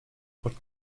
what